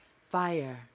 fire